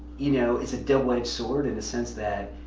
you know, it's a double-edged sword in a sense that.